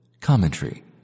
Commentary